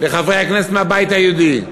לחברי הכנסת מהבית היהודי,